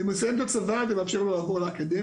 ואם הוא יסיים את הצבא זה מאפשר לו לעבור לאקדמיה,